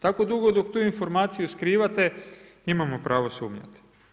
Tako dugo dok tu informaciju skrivate imamo pravo sumnjati.